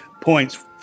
points